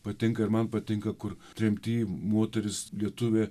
patinka ir man patinka kur tremty moteris lietuvė